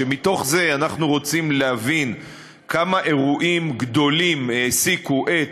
מתוך זה אנחנו רוצים להבין כמה אירועים גדולים העסיקו את